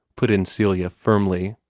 put in celia, firmly.